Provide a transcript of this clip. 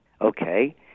Okay